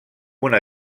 una